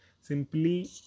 simply